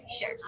Sure